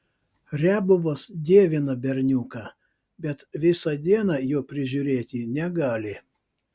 riabovas dievina berniuką bet visą dieną jo prižiūrėti negali